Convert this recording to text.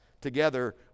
together